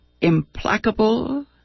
implacable